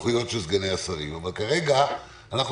נשמע עוד שתי הסתייגויות שלך, ואז את